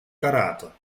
karate